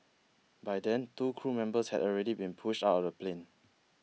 by then two crew members had already been pushed out of the plane